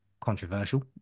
controversial